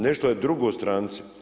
Nešto je drugo stranci.